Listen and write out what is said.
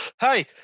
hey